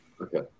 okay